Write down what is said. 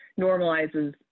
normalizes